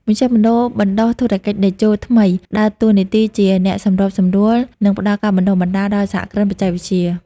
មជ្ឈមណ្ឌលបណ្តុះធុរកិច្ចតេជោថ្មីដើរតួនាទីជាអ្នកសម្របសម្រួល និងផ្ដល់ការបណ្ដុះបណ្ដាលដល់សហគ្រិនបច្ចេកវិទ្យា។